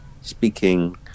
speaking